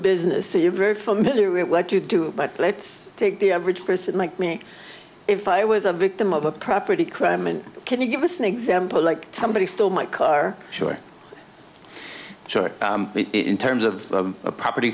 business you're very familiar with what you do but let's take the average person like me if i was a victim of a property crime and can you give us an example like somebody stole my car sure sure in terms of property